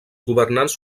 governants